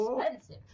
expensive